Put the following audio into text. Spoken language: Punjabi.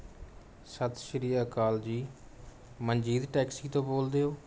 ਸਤਿ ਸ਼੍ਰੀ ਅਕਾਲ ਜੀ ਮਨਜੀਤ ਟੈਕਸੀ ਤੋਂ ਬੋਲਦੇ ਹੋ